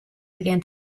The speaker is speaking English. began